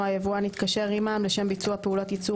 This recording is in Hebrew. היבואן התקשר עמם לשם ביצוע פעולות ייצור,